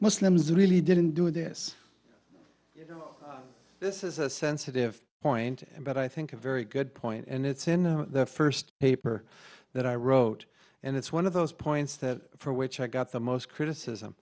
muslims really didn't do this this is a sensitive point but i think a very good point and it's in the first paper that i wrote and it's one of those points that for which i got the most criticism